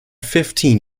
fifteen